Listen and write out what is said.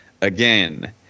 again